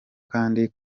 kandi